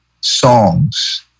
songs